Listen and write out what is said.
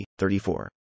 34